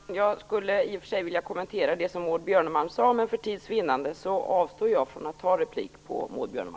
Herr talman! Jag skulle i och för sig vilja kommentera det som Maud Björnemalm sade, men för tids vinnande avstår jag från att ta replik på henne.